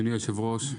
אדוני היושב ראש,